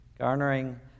garnering